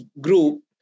group